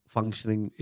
Functioning